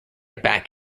back